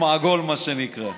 60 עגול, מה שנקרא.